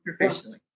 professionally